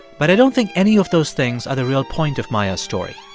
but i don't think any of those things are the real point of maya's story